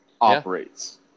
operates